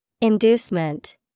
Inducement